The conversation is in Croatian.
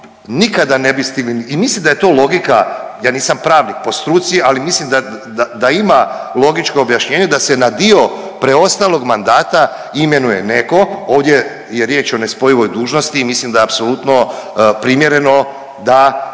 nikada ne bi stigli i mislim da je to logika, ja nisam pravnik po struci, ali mislim da, da, da ima logičko objašnjenje da se na dio preostalog mandata imenuje neko, ovdje je riječ o nespojivoj dužnosti i mislim da je apsolutno primjereno da